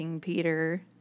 Peter